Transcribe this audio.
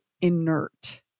inert